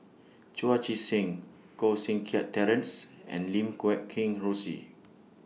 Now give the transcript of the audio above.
Chu Chee Seng Koh Seng Kiat Terence and Lim Guat Kheng Rosie